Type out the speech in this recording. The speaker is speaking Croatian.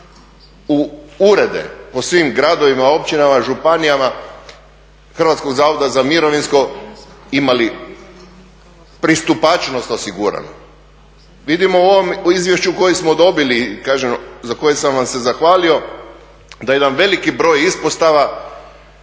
u urede u svim gradovima, općinama, županijama Hrvatskog zavoda za mirovinsko imali pristupačnost osigurano. Vidimo u ovom izvješću u kojem smo dobili za koje sam vam se zahvalio da jedan veliki broj ispostava